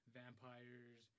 vampires